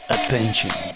Attention